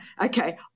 Okay